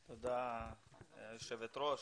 תודה, היושבת-ראש.